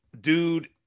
dude